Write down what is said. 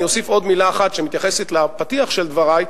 אני אוסיף עוד מלה אחת שמתייחסת לפתיח של דברי,